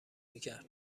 میکرد